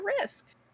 risk